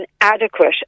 adequate